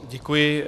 Děkuji.